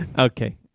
Okay